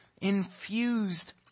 infused